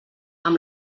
amb